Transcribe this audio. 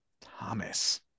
Thomas